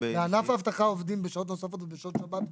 בענף האבטחה עובדים בשעות נוספות ובשעות שבת בהכרח.